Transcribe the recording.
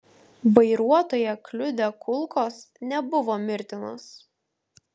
vairuotoją kliudę kulkos nebuvo mirtinos